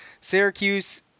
Syracuse